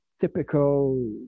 typical